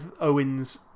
Owen's